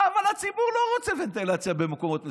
אבל הציבור לא רוצה ונטילציה במקומות מסוימים.